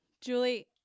Julie